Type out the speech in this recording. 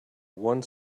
one